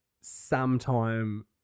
sometime